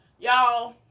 y'all